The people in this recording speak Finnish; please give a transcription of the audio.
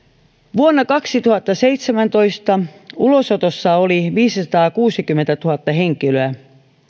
vuonna kaksituhattaseitsemäntoista ulosotossa oli viisisataakuusikymmentätuhatta henkilöä